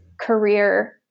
career